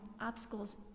obstacles